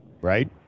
Right